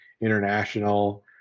international